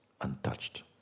untouched